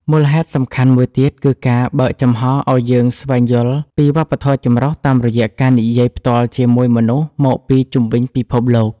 មូលហេតុសំខាន់មួយទៀតគឺការបើកចំហរឱ្យយើងស្វែងយល់ពីវប្បធម៌ចម្រុះតាមរយៈការនិយាយផ្ទាល់ជាមួយមនុស្សមកពីជុំវិញពិភពលោក។